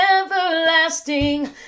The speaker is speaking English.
everlasting